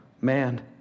man